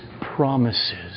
promises